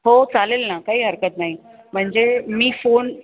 हो चालेल ना काही हरकत नाही म्हणजे मी फोन